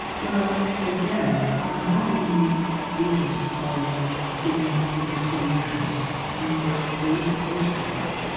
well again, i'm not in the business of giving people solutions. i mean there there is a place for that.